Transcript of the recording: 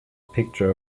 picture